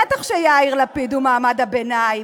בטח שיאיר לפיד הוא מעמד הביניים,